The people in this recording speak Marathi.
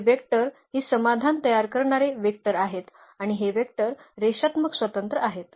तर हे वेक्टर हे समाधान तयार करणारे वेक्टर आहेत आणि हे वेक्टर रेषात्मक स्वतंत्र आहेत